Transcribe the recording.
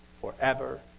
forever